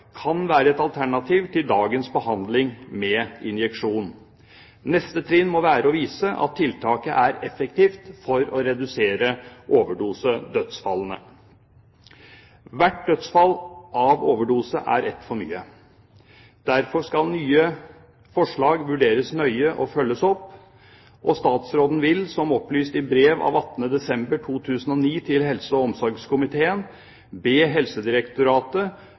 kan være et alternativ til dagens behandling med injeksjon. Neste trinn må være å vise at tiltaket er effektivt for å redusere overdosedødsfallene. Hvert dødsfall av overdose er ett for mye. Derfor skal nye forslag vurderes nøye og følges opp, og statsråden vil, som opplyst i brev av 18. desember 2009 til helse- og omsorgskomiteen, be Helsedirektoratet